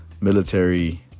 military